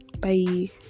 bye